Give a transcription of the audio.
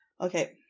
Okay